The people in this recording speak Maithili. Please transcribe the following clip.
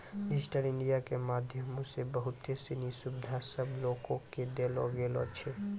डिजिटल इंडिया के माध्यमो से बहुते सिनी सुविधा सभ लोको के देलो गेलो छै